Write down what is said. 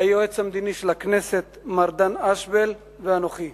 היועץ המדיני של הכנסת מר דן אשבל ואנוכי.